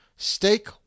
Steak